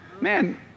Man